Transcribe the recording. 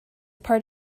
part